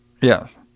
Yes